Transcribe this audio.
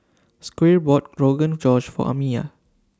Squire bought Rogan Josh For Amiya